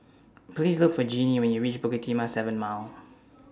Please Look For Genie when YOU REACH Bukit Timah seven Mile